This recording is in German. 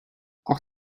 auch